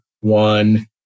one